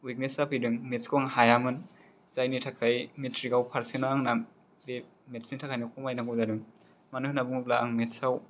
weakness जाफैदों मेत्सखौ आं हायामोन जायनि थाखाय मेट्रिकआव फार्सेनआ आंना जे मेत्सनि थाखायनो खमायनांगौ जादों मानो होनना बुङोब्ला आं मेत्सआव